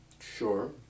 Sure